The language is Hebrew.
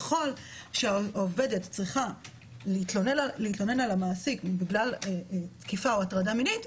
ככל שהעובדת צריכה להתלונן על המעסיק בגלל תקיפה או הטרדה מינית,